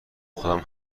خودم